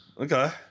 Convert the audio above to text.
Okay